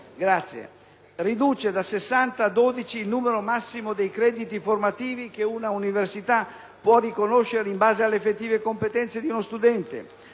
Riduce da sessanta a dodici il numero massimo dei crediti formativi che una università può riconoscere in base alle effettive competenze di uno studente.